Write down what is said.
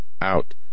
out